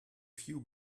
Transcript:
few